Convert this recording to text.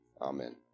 amen